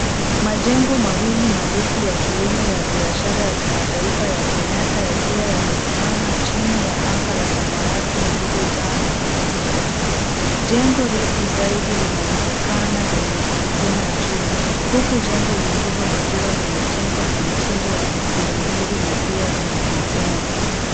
Majengo mawili marefu yakiwemo ya kibiashara ya kimataifa ya Kenyatta yakiwa yamesimama chini ya anga la samawati lililojaa mawingu meupe. Jengo refu zaidi linaonekana lenye antenna juu huku jengo lingine likiwa limejengwa kwa mtindo wa piramidi na pia lina [ antenna juu.